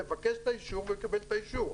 לבקש ולקבל את האישור.